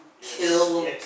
kill